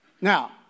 Now